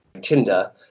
Tinder